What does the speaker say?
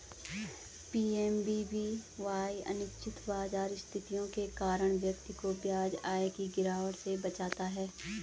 PMVVY अनिश्चित बाजार स्थितियों के कारण व्यक्ति को ब्याज आय की गिरावट से बचाता है